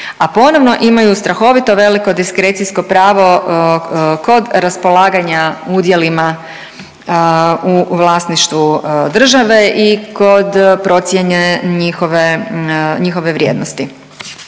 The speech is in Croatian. a ponovno imaju strahovito veliko diskrecijsko pravo kod raspolaganja udjelima u vlasništvu države i kod procjene njihove, njihove vrijednosti.